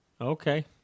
Okay